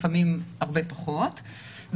לפעמים הרבה פחות,